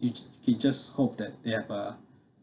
you you just hope that they have a